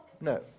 No